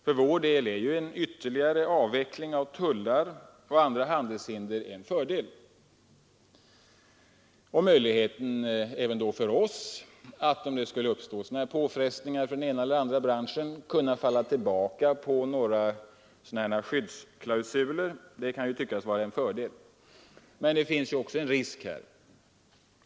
För vår del är en ytterligare avveckling av tullar och andra handelshinder en fördel. Möjligheten även för oss att, om det skulle uppstå påfrestningar för den ena eller andra branschen, falla tillbaka på skyddsklausuler kan tyckas vara en fördel. Men här finns också en risk.